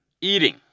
eating